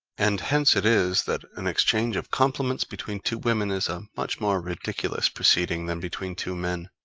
and hence it is that an exchange of compliments between two women is a much more ridiculous proceeding than between two men.